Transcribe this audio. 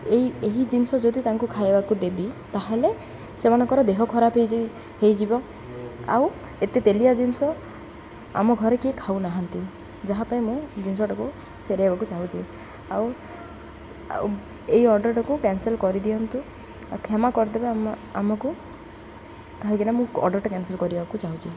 ଏଇ ଏହି ଜିନିଷ ଯଦି ତାଙ୍କୁ ଖାଇବାକୁ ଦେବି ତା'ହେଲେ ସେମାନଙ୍କର ଦେହ ଖରାପ ହେଇଯିବ ଆଉ ଏତେ ତେଲିଆ ଜିନିଷ ଆମ ଘରେ କିଏ ଖାଉନାହାନ୍ତି ଯାହା ପାଇଁ ମୁଁ ଜିନିଷଟାକୁ ଫେରେଇବାକୁ ଚାହୁଁଛି ଆଉ ଆଉ ଏଇ ଅର୍ଡ଼ର୍ଟାକୁ କ୍ୟାନସଲ୍ କରିଦିଅନ୍ତୁ ଆଉ କ୍ଷମା କରିଦେବେ ଆମ ଆମକୁ କାହିଁକିନା ମୁଁ ଅର୍ଡ଼ର୍ଟା କ୍ୟାନସଲ୍ କରିବାକୁ ଚାହୁଁଛି